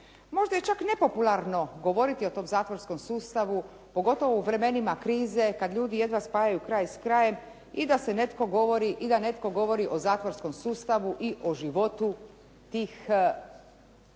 Možda je čak nepopularno govoriti o tom zatvorskom sustavu pogotovo u vremenima krize kad ljudi jedva spajaju kraj s krajem i da netko govori o zatvorskom sustavu i o životu tih osoba